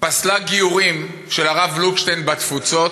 פסלה גיורים של הרב לוקשטיין בתפוצות,